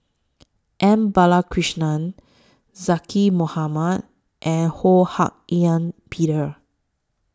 M Balakrishnan Zaqy Mohamad and Ho Hak Ean Peter